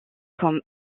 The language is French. comme